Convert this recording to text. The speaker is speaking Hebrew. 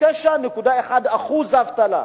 9.1% אבטלה,